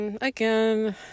again